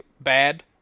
bad